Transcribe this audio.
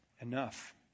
enough